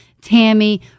Tammy